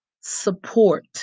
support